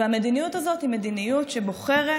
והמדיניות הזאת היא מדיניות שבוחרת